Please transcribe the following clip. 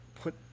put